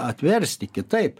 atversti kitaip